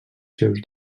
seus